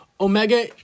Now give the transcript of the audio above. Omega